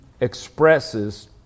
expresses